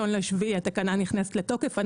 התקנה נכנסת לתוקף עד 1 ביולי.